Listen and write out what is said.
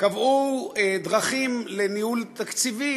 קבעו דרכים לניהול תקציבי,